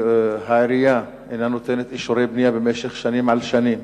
והעירייה אינה נותנת אישורי בנייה במשך שנים על שנים,